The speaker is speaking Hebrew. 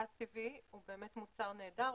גז טבעי הוא באמת מוצר נהדר,